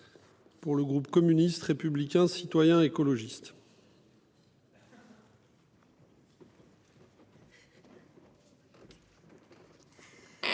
pour le groupe communiste républicain citoyen et écologiste.